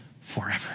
forever